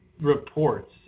reports